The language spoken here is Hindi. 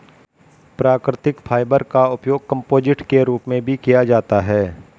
प्राकृतिक फाइबर का उपयोग कंपोजिट के रूप में भी किया जाता है